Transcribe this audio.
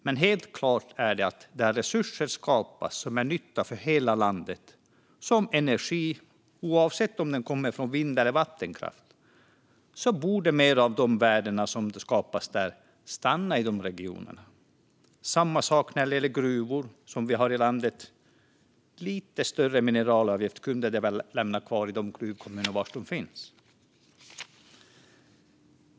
Men helt klart är att där resurser skapas som är till nytta för hela landet, till exempel energi, oavsett om den kommer från vind eller vattenkraft, borde mer av de värden som skapas där stanna i de regionerna. Det är samma sak med de gruvor som finns i landet. Lite större andel av mineralavgiften kunde de väl lämna kvar i de kommuner där de finns.